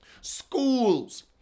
schools